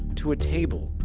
to a table,